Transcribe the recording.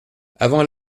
avant